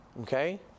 Okay